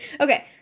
Okay